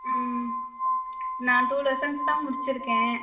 ம் நான் two lessons தான் முடிச்சியிருக்கேன்